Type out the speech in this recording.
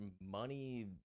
money